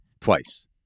twice